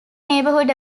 neighborhood